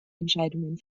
entscheidungen